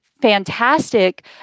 fantastic